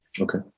Okay